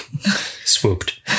Swooped